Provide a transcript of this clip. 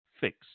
Fix